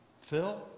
Phil